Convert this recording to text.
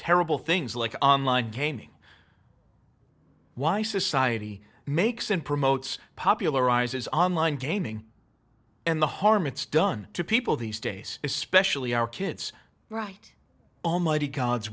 terrible things like online gaming why society makes and promotes popularizes online gaming and the harm it's done to people these days especially our kids right almighty god's